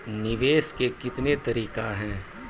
निवेश के कितने तरीका हैं?